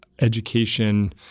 Education